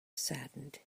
saddened